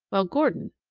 well, gordon,